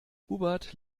hubert